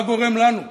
מה גורם לנו?